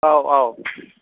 औ औ